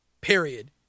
Period